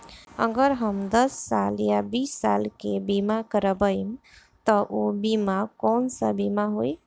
अगर हम दस साल या बिस साल के बिमा करबइम त ऊ बिमा कौन सा बिमा होई?